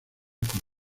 con